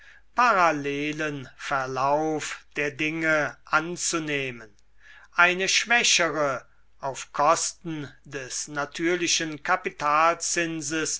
parallelen verlauf der dinge anzunehmen eine schwächere auf kosten des natürlichen